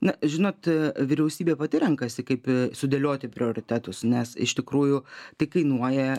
na žinot vyriausybė pati renkasi kaip sudėlioti prioritetus nes iš tikrųjų tai kainuoja